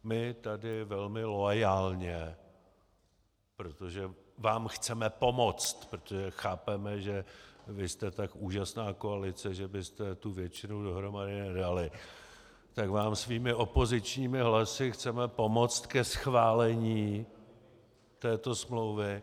My tady velmi loajálně, protože vám chceme pomoct, protože chápeme, že vy jste tak úžasná koalice, že byste tu většinu dohromady nedali, tak vám svými opozičními hlasy chceme pomoct ke schválení této smlouvy.